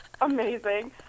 Amazing